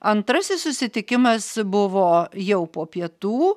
antrasis susitikimas buvo jau po pietų